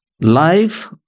life